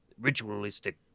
ritualistic